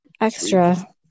extra